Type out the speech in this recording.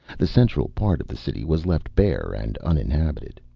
the central part of the city was left bare and uninhabited.